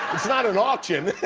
it's not an auction.